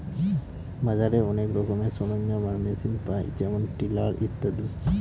বাজারে অনেক রকমের সরঞ্জাম আর মেশিন পায় যেমন টিলার ইত্যাদি